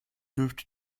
dürfte